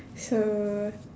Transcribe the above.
so